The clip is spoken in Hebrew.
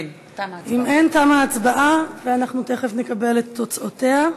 אם אין, תמה ההצבעה ואנחנו תכף נקבל את תוצאותיה.